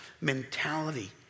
mentality